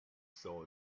saw